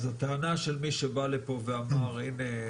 אז הטענה של מי שבא לפה ואמר 'הנה,